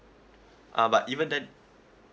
uh but even then